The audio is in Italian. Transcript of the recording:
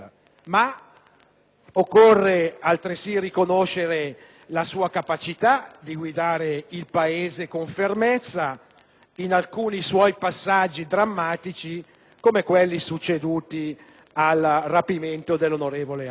occorre altresì riconoscere la sua capacità di guidare il Paese con fermezza in alcuni suoi passaggi drammatici, come quelli succeduti al rapimento dell'onorevole Aldo Moro,